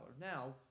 Now